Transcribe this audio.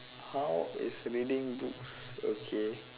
how is reading books okay